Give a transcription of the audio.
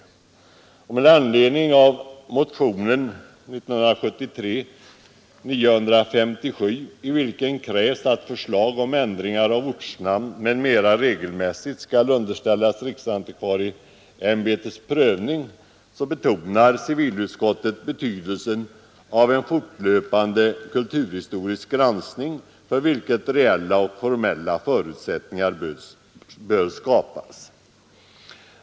Med anledning av motionen 957, i vilken krävs att förslag om ändringar av ortnamn m.m. regelmässigt skall underställas riksantikvarieämbetets prövning, betonar civilutskottet betydelsen av fortlöpande kulturhistorisk granskning, för vilken reella och formella förutsättningar bör skapas.